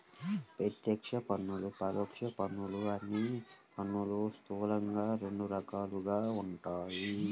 ప్రత్యక్ష పన్నులు, పరోక్ష పన్నులు అని పన్నులు స్థూలంగా రెండు రకాలుగా ఉంటాయి